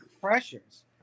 pressures